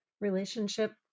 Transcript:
relationship